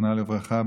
זיכרונה לברכה,